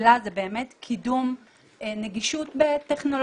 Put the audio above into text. דגלה זה באמת קידום נגישות בטכנולוגיה.